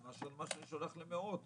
שולח לאדם אחד מאשר מה שאני שולח למאות.